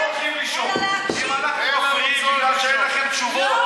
לא ידענו שזה debate.